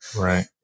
right